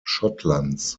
schottlands